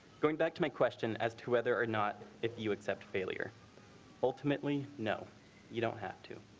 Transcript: going back to my question as to whether or not if you accept failure ultimately. no you don't have to,